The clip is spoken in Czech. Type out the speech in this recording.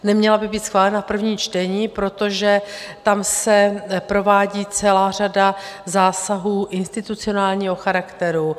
Neměla by být schválena v prvním čtení, protože tam se provádí celá řada zásahů institucionálního charakteru.